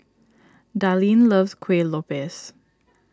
Darlene loves Kuih Lopes